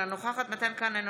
אינה נוכחת מתן כהנא,